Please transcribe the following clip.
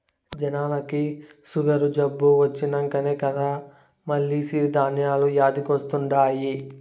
జనాలకి సుగరు జబ్బు వచ్చినంకనే కదా మల్ల సిరి ధాన్యాలు యాదికొస్తండాయి